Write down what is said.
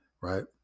right